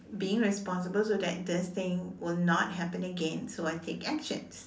being responsible so that this thing will not happen again so I take actions